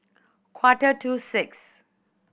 quarter to six